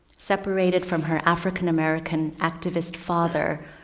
separated from her african american activist father,